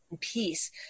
peace